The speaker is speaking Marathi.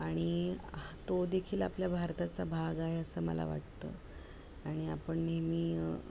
आणि तो देखील आपल्या भारताचा भाग आहे असं मला वाटतं आणि आपण नेहमी